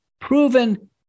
Proven